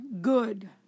good